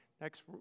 Next